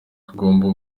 tugomba